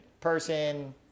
person